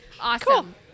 Awesome